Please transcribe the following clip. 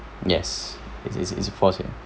yes it's it's it's force ya